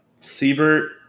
Siebert